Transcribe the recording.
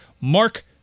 Mark